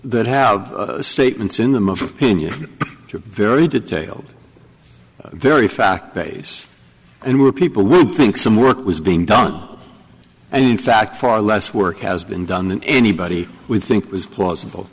that have statements in them of two very detailed very fact base and where people would think some work was being done and in fact far less work has been done than anybody would think was plausible